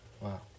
Wow